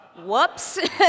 Whoops